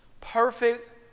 Perfect